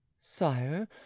Sire